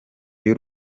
y’u